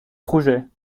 projet